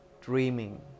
dreaming